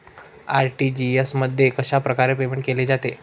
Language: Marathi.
आर.टी.जी.एस मध्ये कशाप्रकारे पेमेंट केले जाते?